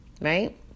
Right